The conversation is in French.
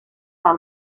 par